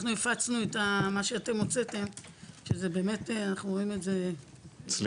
אנחנו הפצנו את מה שאתם הוצאתם שאנחנו רואים את זה --- סליחה,